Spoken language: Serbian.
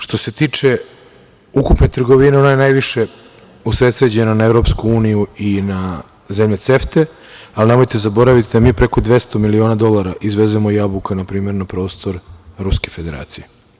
Što se tiče ukupne trgovine, ona je najviše usredsređena na EU i na zemlje CEFTE, ali nemojte zaboraviti da mi preko 200 miliona dolara izvezemo jabuka, na primer, na prostor Ruske Federacije.